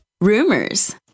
rumors